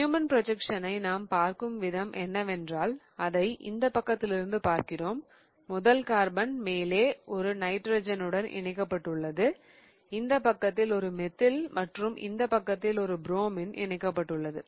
Neumann ப்ரொஜக்ஸனை நாம் பார்க்கும் விதம் என்னவென்றால் அதை இந்த பக்கத்திலிருந்து பார்க்கிறோம் முதல் கார்பன் மேலே ஒரு நைட்ரஜனுடன் இணைக்கப்பட்டுள்ளது இந்த பக்கத்தில் ஒரு மெத்தில் மற்றும் இந்த பக்கத்தில் ஒரு புரோமின் இணைக்கப்பட்டுள்ளது